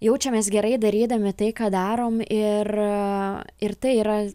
jaučiamės gerai darydami tai ką darom ir ir tai yra